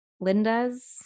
Linda's